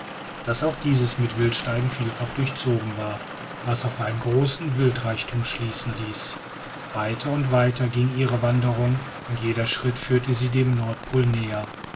daß auch dieses mit wildsteigen vielfach durchzogen war was auf einen großen wildreichtum schließen ließ weiter und weiter ging ihre wanderung und jeder schritt führte sie dem nordpol näher